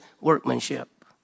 workmanship